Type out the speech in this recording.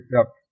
up